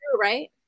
right